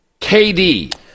KD